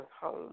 home